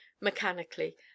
Mechanically